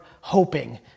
hoping